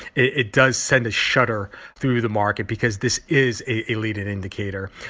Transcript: it does send a shudder through the market because this is a leading indicator.